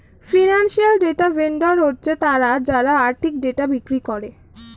financial data vendor হচ্ছে তারা যারা আর্থিক ডেটা বিক্রি করে